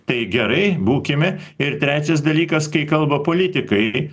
tai gerai būkime ir trečias dalykas kai kalba politikai